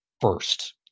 first